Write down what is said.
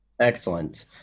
Excellent